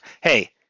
hey